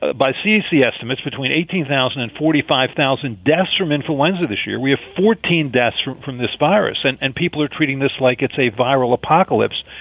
ah by cdc estimates, between eighteen thousand, and forty five thousand deaths from influenza this year. we have fourteen deaths from from this virus. and and people are treating this like it's a viral apocalypse.